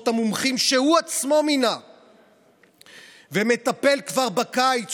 המומחים שהוא עצמו מינה ומטפל כבר בקיץ,